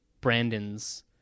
Brandon's